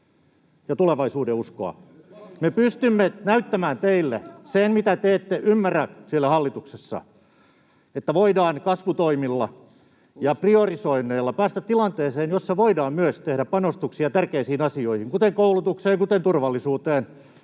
ja tulevaisuudenuskoa. Me pystymme näyttämään teille sen, mitä te ette ymmärrä siellä hallituksessa: että voidaan kasvutoimilla ja priorisoinneilla päästä tilanteeseen, jossa voidaan myös tehdä panostuksia tärkeisiin asioihin, kuten koulutukseen, kuten turvallisuuteen.